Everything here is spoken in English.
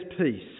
peace